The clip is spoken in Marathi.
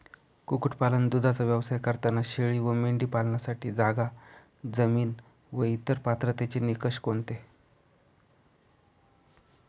कुक्कुटपालन, दूधाचा व्यवसाय करताना शेळी व मेंढी पालनासाठी जागा, जमीन व इतर पात्रतेचे निकष कोणते?